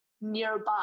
nearby